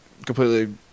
completely